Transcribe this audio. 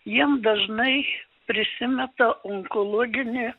jiem dažnai prisimeta onkologinė